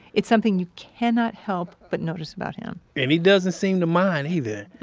it's something you cannot help but notice about him and he doesn't seem to mind either.